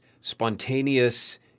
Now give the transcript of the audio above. spontaneous